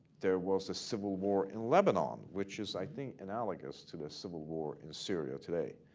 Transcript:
there was a civil war in lebanon, which is, i think, analogous to the civil war in syria today.